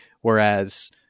whereas